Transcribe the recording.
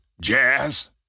Jazz